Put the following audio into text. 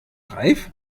reif